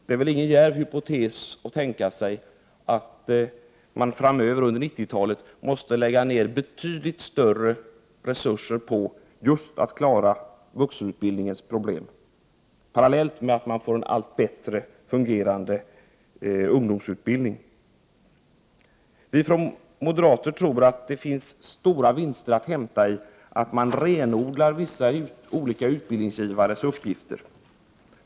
Det är väl ingen djärv hypotes att tänka sig att man framöver under 90-talet måste lägga ner betydligt större resurser på just att klara vuxenutbildningens problem parallellt med att man får en allt bättre fungerande ungdomsutbildning. Vi moderater tror att det finns stora vinster att hämta i att man renodlar vissa olika utbildningsgivares uppgifter.